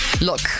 Look